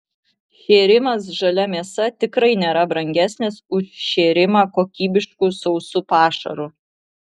šėrimas žalia mėsa tikrai nėra brangesnis už šėrimą kokybišku sausu pašaru